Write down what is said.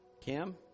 Kim